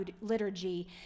liturgy